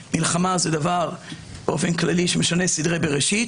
מלחמה זה דבר באופן כללי שמשנה סדרי בראשית.